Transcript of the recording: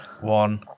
one